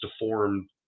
deformed